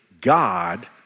God